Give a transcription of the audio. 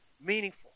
Meaningful